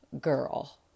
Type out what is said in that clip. girl